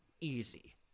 easy